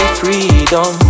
freedom